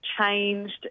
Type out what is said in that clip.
changed